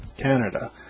Canada